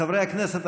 חברי הכנסת,